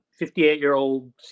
58-year-old